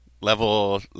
level